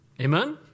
Amen